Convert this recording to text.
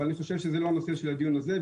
אבל אני חושב שזה לא הנושא של הדיון הזה.